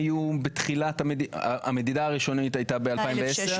המדידה הראשונית הייתה ב-2010?